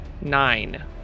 Nine